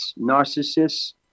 narcissists